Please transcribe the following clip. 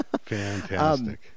fantastic